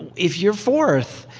if you're fourth,